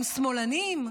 הם שמאלנים.